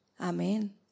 Amen